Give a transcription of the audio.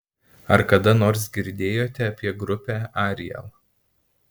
ar kada nors girdėjote apie grupę ariel